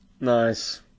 Nice